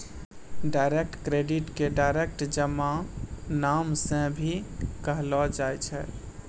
direct credit के direct जमा नाम से भी कहलो जाय छै